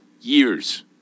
years